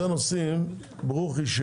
אלה נושאים ברוכי,